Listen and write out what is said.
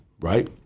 right